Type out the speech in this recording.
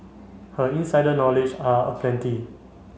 her insider knowledge are aplenty